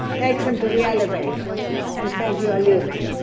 takes them to the elevator and says, you are leaving.